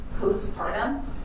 postpartum